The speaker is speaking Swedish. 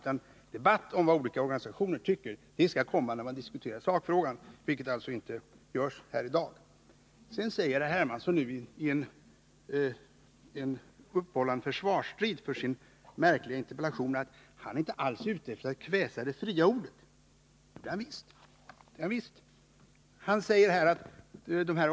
En debatt om vad olika organisationer tycker bör enligt min mening föras när man diskuterar sakfrågan — något som vi alltså inte gör här i dag. Sedan säger herr Hermansson i en uppehållande försvarsstrid för sin märkliga interpellation att han inte alls är ute efter att kväsa det fria ordet — men det är han visst.